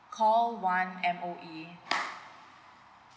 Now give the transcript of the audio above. call one M_O_E